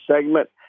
segment